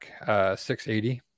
680